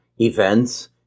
events